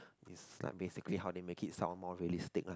is like basically how they make it sort of more realistic lah